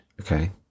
Okay